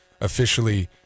officially